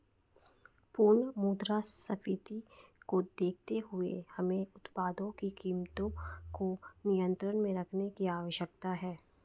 पुनः मुद्रास्फीति को देखते हुए हमें उत्पादों की कीमतों को नियंत्रण में रखने की आवश्यकता है